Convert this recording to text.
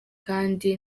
kandi